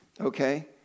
Okay